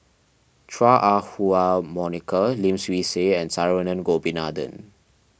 Chua Ah Huwa Monica Lim Swee Say and Saravanan Gopinathan